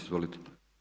Izvolite.